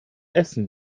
essen